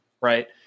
Right